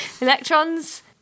Electrons